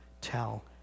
tell